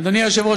אדוני היושב-ראש,